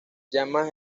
llamas